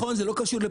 נכון, זה לא קשור לפה.